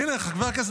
הינה, הינה, רגע,